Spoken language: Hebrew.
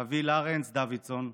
ואבי לרנס דוידסון,